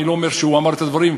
אני לא אומר שהוא אמר את הדברים,